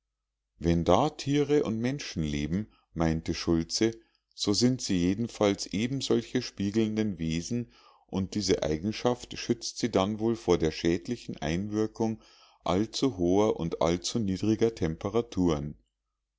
wenn da tiere und menschen leben meinte schultze so sind sie jedenfalls ebensolche spiegelnde wesen und diese eigenschaft schützt sie dann wohl vor der schädlichen einwirkung allzuhoher und allzuniedriger temperaturen